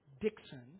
Dixon